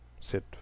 Sit